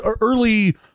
early